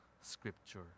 scripture